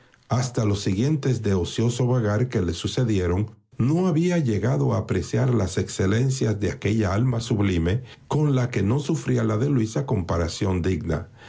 hasta los siguientes de ocioso vagar que le sucedieron no había llegado a apreciar las excelencias de aquella alma sublime con la que no sufría la de